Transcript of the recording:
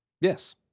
Yes